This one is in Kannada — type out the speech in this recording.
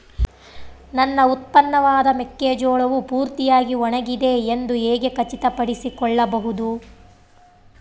ನನ್ನ ಉತ್ಪನ್ನವಾದ ಮೆಕ್ಕೆಜೋಳವು ಪೂರ್ತಿಯಾಗಿ ಒಣಗಿದೆ ಎಂದು ಹೇಗೆ ಖಚಿತಪಡಿಸಿಕೊಳ್ಳಬಹುದು?